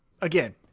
again